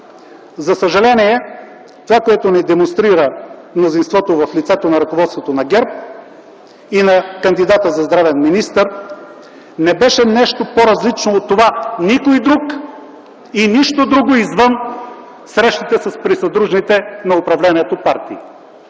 За съжаление, това, което ни демонстрира мнозинството в лицето на ръководството на ГЕРБ и на кандидата за здравен министър, не беше нищо по-различно от това – никой друг и нищо друго извън срещите със съдружните на управлението партии.